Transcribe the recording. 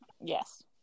yes